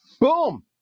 Boom